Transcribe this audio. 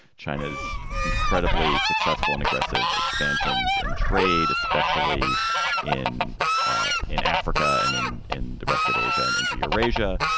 china's incredibly successful and aggressive expansions in trade, especially in ah in africa and in in the rest of asia and into eurasia.